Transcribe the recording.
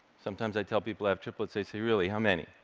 sometimes i tell people i have triplets. they say, really? how many?